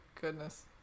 goodness